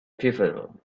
pivotal